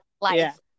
life